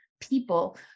people